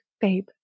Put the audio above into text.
babe